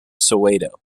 soweto